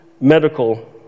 Medical